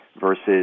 versus